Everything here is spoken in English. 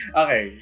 okay